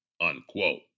unquote